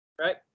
Right